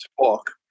talk